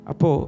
Apo